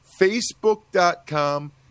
Facebook.com